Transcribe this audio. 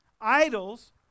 Idols